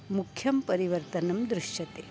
मुख्यं परिवर्तनं दृश्यते